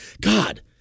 God